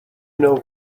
know